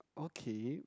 okay